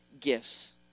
gifts